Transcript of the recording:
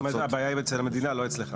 אומרת שהבעיה היא עם המדינה ולא אצלך.